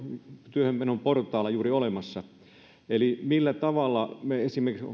työhön menon portaalla eli millä tavalla me huomioimme esimerkiksi